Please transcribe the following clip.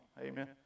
Amen